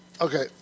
okay